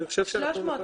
זה ישתנה.